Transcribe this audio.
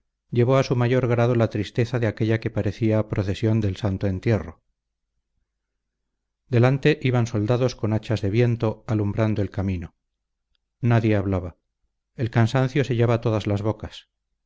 llevó a su mayor grado la tristeza de aquella que parecía procesión del santo entierro delante iban soldados con hachas de viento alumbrando el camino nadie hablaba el cansancio sellaba todas las bocas